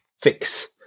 fix